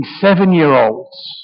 seven-year-olds